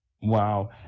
Wow